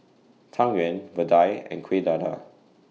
Tang Yuen Vadai and Kueh Dadar